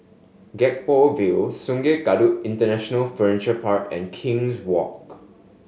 Gek Poh Ville Sungei Kadut International Furniture Park and King's Walk